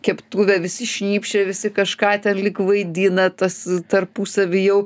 keptuvę visi šnypščia visi kažką ten lyg vaidina tas tarpusavy jau